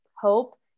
hope